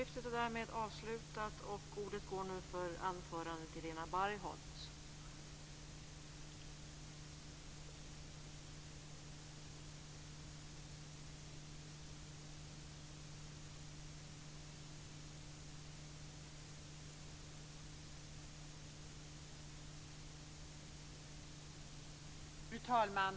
Fru talman!